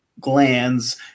glands